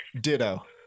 Ditto